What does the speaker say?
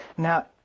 Now